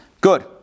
Good